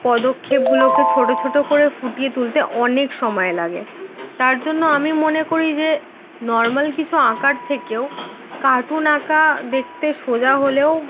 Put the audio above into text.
পদক্ষেপগুলোকে ছোট ছোট করে ফুটিয়ে তুলতে অনেক সময় লাগে তার জন্য আমি মনে করি যে নর্মাল কিছু আঁকার থেকেও কার্টুন আঁকা দেখতে সোজা হলেও